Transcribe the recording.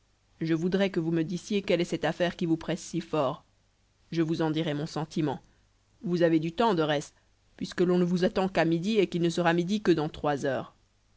je voudrais que vous me dissiez quelle est cette affaire qui vous presse si fort je vous en dirais mon sentiment vous avez du temps de reste puisque l'on ne vous attend qu'à midi et qu'il ne sera midi que dans trois heures